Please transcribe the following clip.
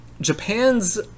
Japan's